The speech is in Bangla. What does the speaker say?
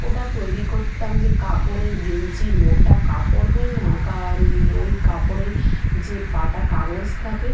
ওটা তৈরি করতাম যে কাপড়ের গেঞ্জির মোটা কাপড় হয় না কারণ ওই কাপড়ে যে পাটা কাগজ থাকে